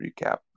recap